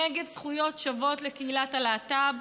נגד זכויות שוות לקהילת הלהט"ב,